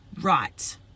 right